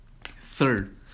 Third